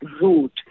route